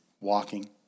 walking